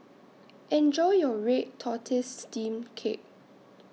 Enjoy your Red Tortoise Steamed Cake